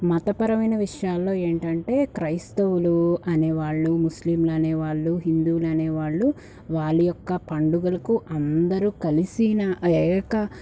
మతపరమైన విషయాల్లో ఏంటంటే క్రైస్తవులు అనేవాళ్ళు ముస్లింలనేవాళ్ళు హిందువులనే వాళ్ళు వాళ్ళ యొక్క పండుగలకు అందరూ కలిసిన అనేక